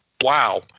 Wow